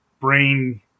brain